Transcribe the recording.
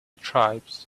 tribes